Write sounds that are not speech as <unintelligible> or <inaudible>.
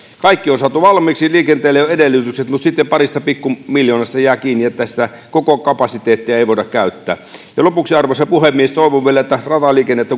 kaikki on saatu valmiiksi liikenteelle on edellytykset mutta sitten parista pikku miljoonasta jää kiinni että sitä koko kapasiteettia ei voida käyttää lopuksi arvoisa puhemies toivon vielä että kun rataliikennettä <unintelligible>